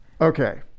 Okay